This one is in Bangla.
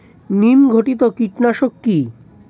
নিম ঘটিত কীটনাশক কি?